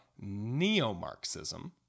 Neo-Marxism